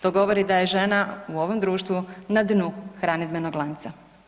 To govori da je žena u ovom društvu na dnu hranidbenog lanca.